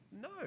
No